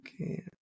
Okay